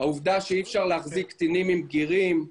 העובדה שאי אפשר להחזיק קטינים עם בגירים,